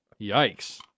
yikes